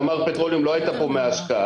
תמר פטרוליום לא הייתה פה מההשקעה.